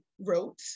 wrote